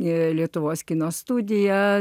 ir lietuvos kino studija